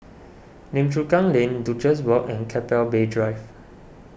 Lim Chu Kang Lane Duchess Walk and Keppel Bay Drive